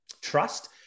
trust